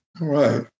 right